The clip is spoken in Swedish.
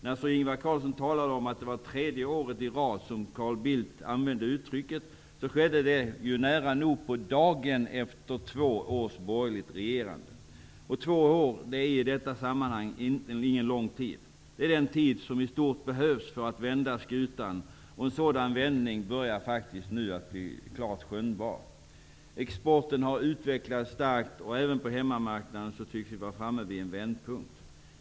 När Ingvar Carlsson talar om att det var tredje året i rad som Carl Bildt använde detta uttryck, skedde det nära nog på dagen efter två års borgerligt regerande. Två år är i detta sammanhang ingen lång tid. Det är den tid som i stort sett behövs för att vända skutan, och en sådan vändning börjar faktiskt nu bli klart skönjbar. Exporten har utvecklats starkt. Även på hemmamarknaden tycks vi vara framme vid en vändpunkt.